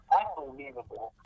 unbelievable